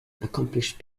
accomplished